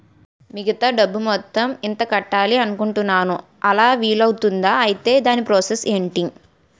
మిగతా డబ్బు మొత్తం ఎంత కట్టాలి అనుకుంటున్నాను అలా వీలు అవ్తుంధా? ఐటీ దాని ప్రాసెస్ ఎంటి?